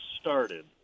started